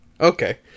Okay